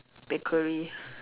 bakery